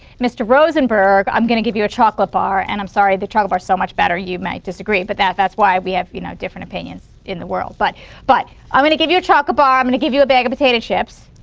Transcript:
mr. rosenberg, i'm going to give you a chocolate bar and i'm sorry, the chocolate bar's so much better. you might disagree but that's that's why we have, you know, different opinions in the world. but but i'm going to give you a chocolate bar. i'm going and to give you a bag of potato chips.